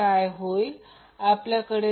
आणि load voltage म्हणजे VL आहे